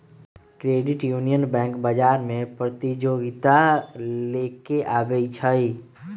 credit union bank बजार में प्रतिजोगिता लेके आबै छइ